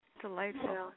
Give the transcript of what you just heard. Delightful